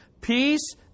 Peace